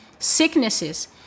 sicknesses